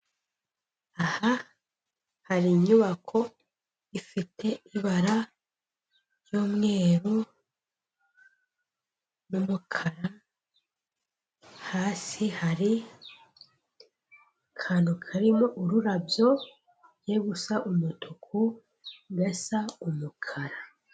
Aha hari inyubako ifite ibara ry'umweru n'umukara, hasi hari akantu karimo ururabyo rugiye gusa umutuku gasa umukara.